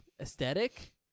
aesthetic